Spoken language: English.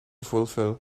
fulfill